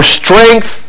strength